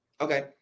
okay